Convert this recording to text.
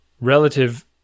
relative